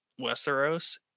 Westeros